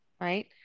right